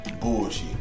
bullshit